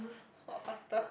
walk faster